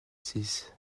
six